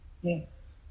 Yes